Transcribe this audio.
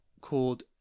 called